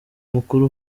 umukuru